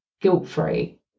guilt-free